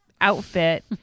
outfit